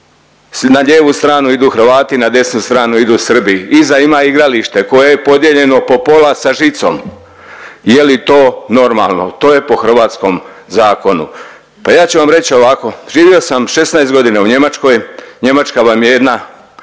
na lijevu stranu idu Hrvati, na desnu stranu idu Srbi, iza ima igralište koje je podijeljeno po pola sa žicom. Je li to normalno? To je po hrvatskom zakonu. Pa ja ću vam reći ovako, živio sam 16 godina u Njemačkoj, Njemačka vam je jedna